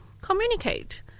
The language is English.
communicate